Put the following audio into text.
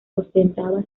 ostentaba